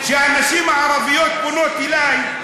בשתי ידיים.